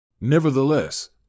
Nevertheless